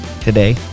today